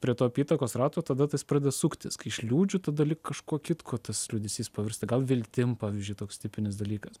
prie to apytakos rato tada tas pradeda suktis kai išliūdžiu tada lyg kažkuo kitkuo tas liūdesys pavirsta gal viltim pavyzdžiui toks tipinis dalykas